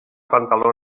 pantaló